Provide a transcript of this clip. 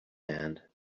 hand